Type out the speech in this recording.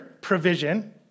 provision